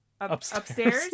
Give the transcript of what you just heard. upstairs